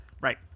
Right